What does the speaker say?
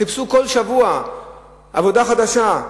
חיפשו כל שבוע עבודה חדשה,